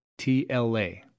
TLA